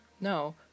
No